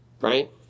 right